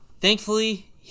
Thankfully